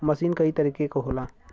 मसीन कई तरीके क होला